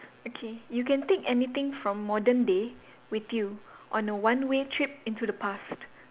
okay you can take anything from modern day with you on a one way trip into the past